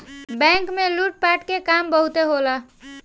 bank में लूट पाट के काम बहुते होला